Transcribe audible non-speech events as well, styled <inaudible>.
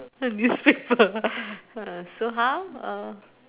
the newspaper <laughs> uh so how uh